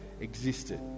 existed